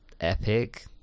epic